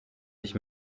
ich